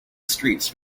streets